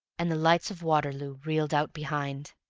and the lights of waterloo reeled out behind.